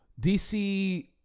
dc